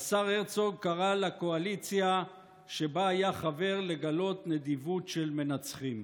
השר הרצוג קרא לקואליציה שבה היה חבר לגלות נדיבות של מנצחים.